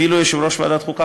אפילו יושב-ראש ועדת החוקה,